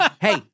hey